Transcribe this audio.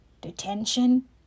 Detention